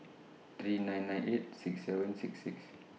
three nine nine eight six seven six six